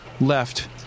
left